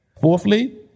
Fourthly